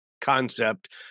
concept